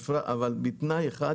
לרבות בכל הנוגע להגנת